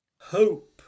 hope